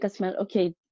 okay